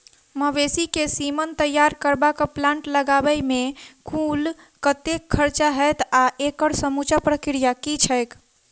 मवेसी केँ सीमन तैयार करबाक प्लांट लगाबै मे कुल कतेक खर्चा हएत आ एकड़ समूचा प्रक्रिया की छैक?